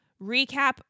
recap